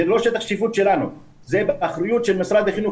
זה לא שטח שיפוט שלנו, זה באחריות של משרד החינוך.